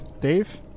Dave